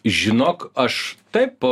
žinok aš taip